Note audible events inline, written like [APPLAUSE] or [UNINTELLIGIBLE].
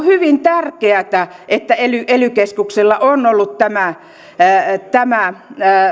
[UNINTELLIGIBLE] hyvin tärkeätä että ely ely keskuksilla on ollut tämä tämä